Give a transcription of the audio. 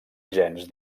gens